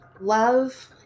love